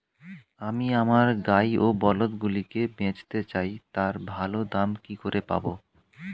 আমি আমার গাই ও বলদগুলিকে বেঁচতে চাই, তার ভালো দাম কি করে পাবো?